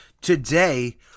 Today